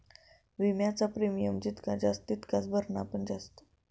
विम्याचा प्रीमियम जितका जास्त तितकाच भरणा पण जास्त